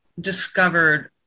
discovered